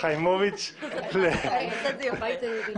אין נמנעים.